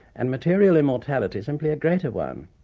and material immortality simply a greater one.